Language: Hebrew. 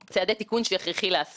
שכיום מוטה באופן לא סביר,